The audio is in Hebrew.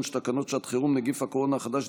של תקנות שעת חירום (נגיף הקורונה החדש,